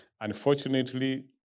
Unfortunately